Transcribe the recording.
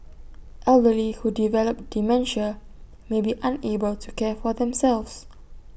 elderly who develop dementia may be unable to care for themselves